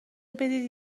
بدید